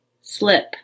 SLIP